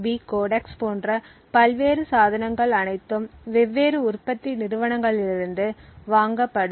B codecs போன்ற பல்வேறு சாதனங்கள் அனைத்தும் வெவ்வேறு உற்பத்தி நிறுவனங்களிலிருந்து வாங்கப்படும்